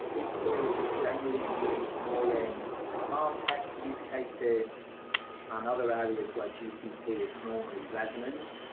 bigquery is generally used more in martech use cases and other areas where gcp is normally resonant.